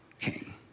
king